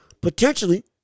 Potentially